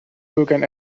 bürgern